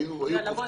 היו כאן קופצים כולם.